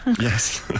yes